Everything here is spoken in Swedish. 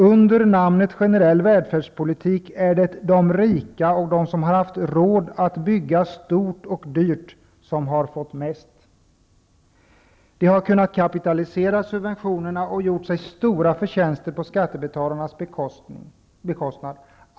Under namnet ''generell välfärdspolitik'' är det de rika och de som har haft råd att bygga stort och dyrt som har fått mest. De har kunnat kapitalisera subventionerna och har gjort sig stora förtjänster på skattebetalarnas bekostnad.